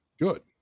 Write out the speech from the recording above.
good